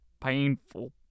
painful